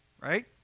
Right